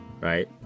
right